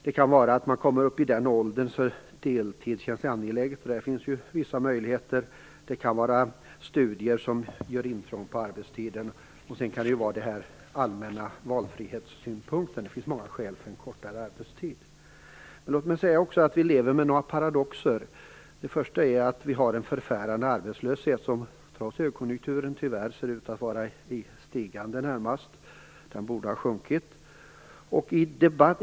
Det kan vara människor som har kommit upp i den ålder då deltidsarbete känns angeläget. Det kan handla om studier som gör intrång på arbetstiden. Dessutom kan det vara fråga om en allmän valfrihetssynpunkt. Det finns många skäl för en kortare arbetstid. Låt mig också säga att vi lever med några paradoxer. Först och främst har vi en förfärande arbetslöshet som, trots högkonjunkturen, tyvärr ser ut att vara i stigande. Den borde ha sjunkit.